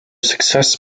success